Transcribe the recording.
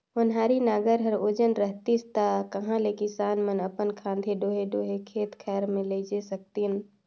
ओन्हारी नांगर हर ओजन रहतिस ता कहा ले किसान मन अपन खांधे डोहे डोहे खेत खाएर मे लेइजे सकतिन